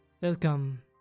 Welcome